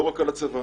לא רק על הצבא.